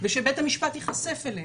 ושבית המשפט ייחשף אליהם.